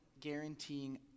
guaranteeing